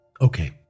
Okay